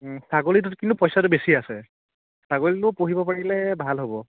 ছাগলীটোত কিন্তু পইচাটো বেছি আছে ছাগলীটো পুহিব পাৰিলে ভাল হ'ব